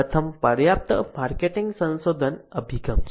પ્રથમ પર્યાપ્ત માર્કેટિંગ સંશોધન અભિગમ છે